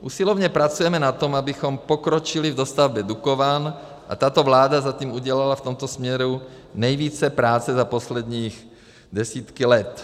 Usilovně pracujeme na tom, abychom pokročili v dostavbě Dukovan a tato vláda zatím udělala v tomto směru nejvíce práce za poslední desítky let.